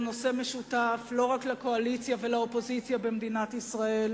נושא משותף לא רק לקואליציה ולאופוזיציה במדינת ישראל